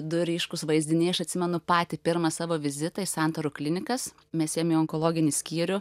du ryškūs vaizdiniai aš atsimenu patį pirmą savo vizitą į santarų klinikas mes ėjom į onkologinį skyrių